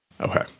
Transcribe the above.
Okay